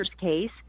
case